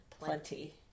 Plenty